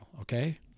Okay